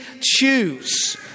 choose